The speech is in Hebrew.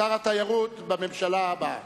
שר התיירות בממשלה הבאה.